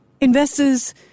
Investors